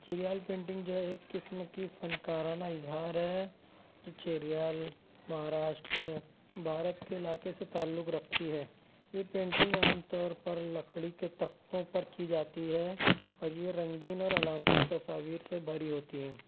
Cheriyal painting جو ہے ایک قسم کی فنکارانہ اظہار ہے جو چیریال مہاراشٹر بھارت کے علاقے سے تعلق رکھتی ہے یہ پینٹنگ عام طور پر لکڑی کے تختوں پر کی جاتی ہے اور یہ رنگین اور علامتی تصاویر سے بھری ہوتی ہیں